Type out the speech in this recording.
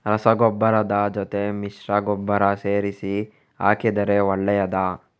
ರಸಗೊಬ್ಬರದ ಜೊತೆ ಮಿಶ್ರ ಗೊಬ್ಬರ ಸೇರಿಸಿ ಹಾಕಿದರೆ ಒಳ್ಳೆಯದಾ?